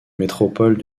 métropole